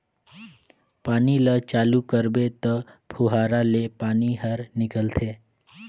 पानी ल चालू करबे त फुहारा ले पानी हर निकलथे